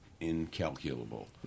incalculable